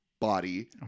body